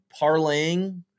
parlaying